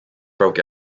broke